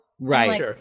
Right